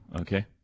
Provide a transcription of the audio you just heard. okay